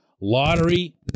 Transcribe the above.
lottery